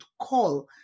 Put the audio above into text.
call